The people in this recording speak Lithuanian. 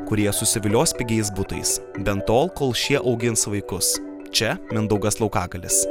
kurie susivilios pigiais butais bent tol kol šie augins vaikus čia mindaugas laukagalis